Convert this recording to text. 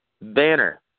Banner